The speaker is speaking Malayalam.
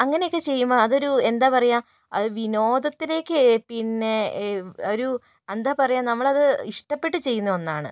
അങ്ങനെയൊക്കെ ചെയ്യുമ്പോൾ അതൊരു എന്താ പറയുക അതൊരു വിനോദത്തിലേക്ക് പിന്നെ ഒരു എന്താ പറയുക നമ്മളത് ഇഷ്ടപ്പെട്ട് ചെയ്യുന്ന ഒന്നാണ്